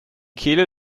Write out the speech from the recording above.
kehle